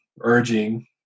urging